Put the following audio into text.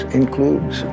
includes